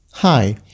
Hi